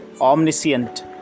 omniscient